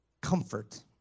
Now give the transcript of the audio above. comfort